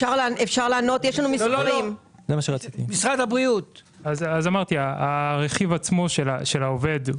אין פער ברכיב עצמו של העובד,